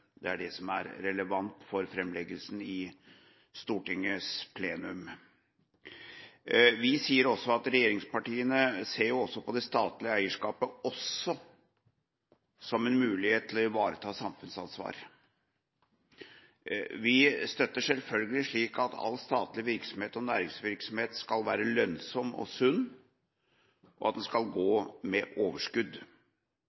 Det er det som er relevant for framleggelsen i Stortingets plenum. Vi sier at regjeringspartiene ser på det statlige eierskapet også som en mulighet til å ivareta samfunnsansvar. Vi støtter selvfølgelig det at all statlig virksomhet og næringsvirksomhet skal være lønnsom og sunn, og at den skal gå